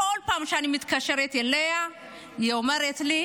כל פעם שאני מתקשרת אליה היא אומרת לי